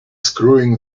screwing